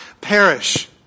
perish